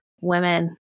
women